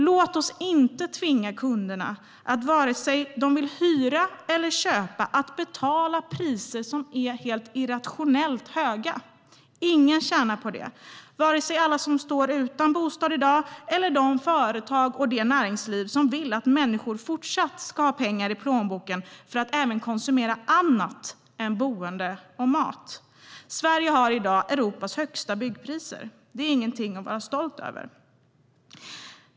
Låt oss inte tvinga kunderna att vare sig de vill hyra eller köpa betala priser som är helt irrationellt höga! Ingen tjänar på det, varken alla som står utan bostad i dag eller de företag och det näringsliv som vill att människor fortsatt ska ha pengar i plånboken för att konsumera även annat än boende och mat. Sverige har i dag Europas högsta byggpriser. Det är ingenting att vara stolt över.